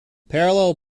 parallel